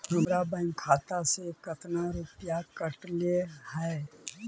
हमरा बैंक खाता से कतना रूपैया कटले है?